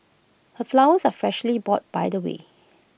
her flowers are freshly bought by the way